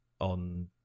on